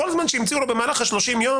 כל זמן שהמציאו לו במהלך 30 היום,